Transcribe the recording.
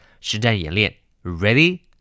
实战演练。Ready